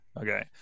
Okay